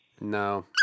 No